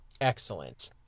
Excellent